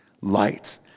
light